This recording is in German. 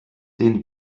den